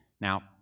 Now